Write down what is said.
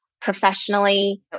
professionally